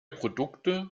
produkte